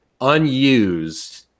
unused